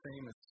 famous